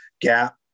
Gap